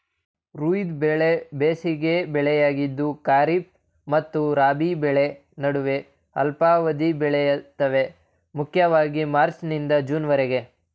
ಝೈದ್ ಬೆಳೆ ಬೇಸಿಗೆ ಬೆಳೆಯಾಗಿದ್ದು ಖಾರಿಫ್ ಮತ್ತು ರಾಬಿ ಬೆಳೆ ನಡುವೆ ಅಲ್ಪಾವಧಿಲಿ ಬೆಳಿತವೆ ಮುಖ್ಯವಾಗಿ ಮಾರ್ಚ್ನಿಂದ ಜೂನ್ವರೆಗೆ